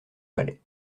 palais